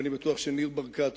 אני בטוח שניר ברקת,